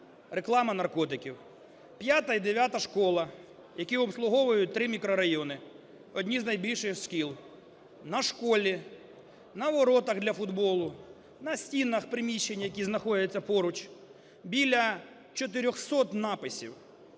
реклама наркотиків. П'ята і дев'ята школи, які обслуговують три мікрорайони, одні з найбільших шкіл. На школі, на воротах для футболу, на стінах приміщень, які знаходяться поруч, біля чотирьохсот